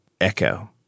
Echo